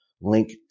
link